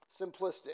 Simplistic